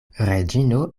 reĝino